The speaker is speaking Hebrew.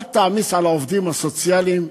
אל תעמיס על העובדים הסוציאליים,